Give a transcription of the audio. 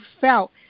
felt